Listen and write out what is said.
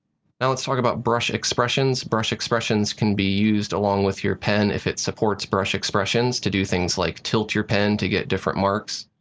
now let's talk about brush expressions. brush expressions can be used along with your pen if it supports brush expressions to do things like tilt your pen to get different marks.